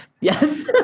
Yes